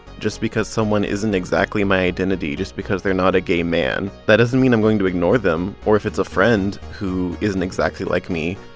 just because someone isn't exactly my identity, just because they're not a gay man, that doesn't mean i'm going to ignore them. or if it's a friend who isn't exactly like me,